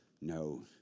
no